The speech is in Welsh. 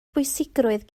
bwysigrwydd